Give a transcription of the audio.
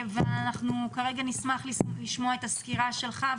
כרגע נשמח לשמוע את הסקירה שלך,